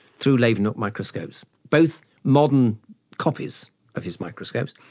through leeuwenhoek microscopes, both modern copies of his microscopes.